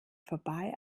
vorbei